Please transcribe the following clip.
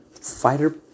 fighter